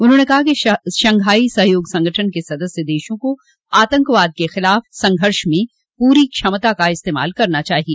उन्होंने कहा कि शंघाई सहयोग संगठन के सदस्य देशों को आतंकवाद के खिलाफ संघर्ष में पूरी क्षमता का इस्तेमाल करना चाहिए